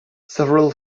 several